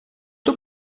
tuo